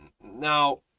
Now